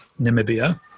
Namibia